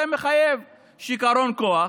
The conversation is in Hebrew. זה מחייב שיכרון כוח,